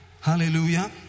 Hallelujah